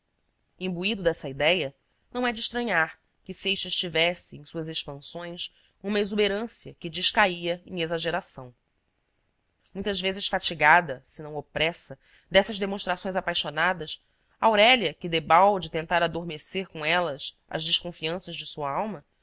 imbuído dessa idéia não é de estranhar que seixas tivesse em suas expansões uma exuberância que descaía em exageração muitas vezes fatigada se não opressa dessas demonstrações apaixonadas aurélia que debalde tentara adormecer com elas as desconfianças de sua alma